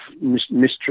mystery